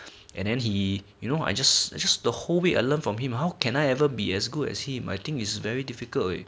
and then he you know I just I just the whole week I learn from him how can I ever be as good as him I think is very difficult leh